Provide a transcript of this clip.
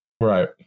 Right